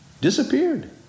disappeared